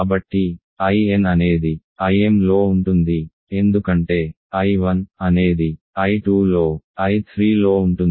కాబట్టి In అనేది Im లో ఉంటుంది ఎందుకంటే I1 అనేది I2లో I3లో ఉంటుంది